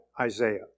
Isaiah